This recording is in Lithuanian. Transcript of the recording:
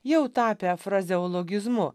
jau tapę frazeologizmu